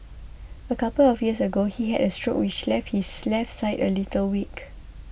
a couple of years ago he had a stroke which left his left side a little weak